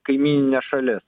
kaimynines šalis